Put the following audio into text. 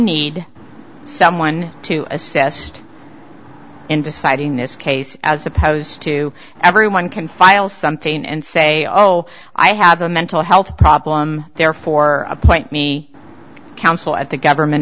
need someone to assess just in deciding this case as opposed to everyone can file something and say oh i have a mental health problem therefore appoint me counsel at the government